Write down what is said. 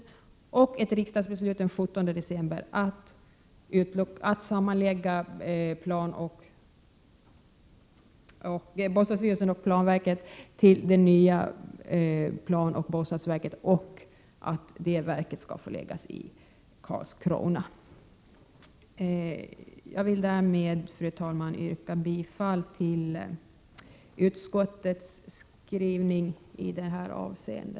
Det finns ett riksdagsbeslut av den 17 december om att man skulle sammanlägga bostadsstyrelsen och planverket till det nya planoch bostadsverket samt att det nya verket skall förläggas till Karlskrona. Jag vill därmed, fru talman, yrka bifall till utskottets skrivning i detta avseende.